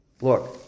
Look